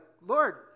Lord